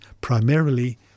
primarily